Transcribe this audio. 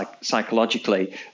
psychologically